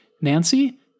Nancy